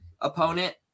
opponent